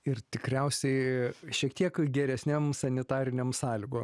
ir tikriausiai šiek tiek geresnėm sanitarinėm sąlygom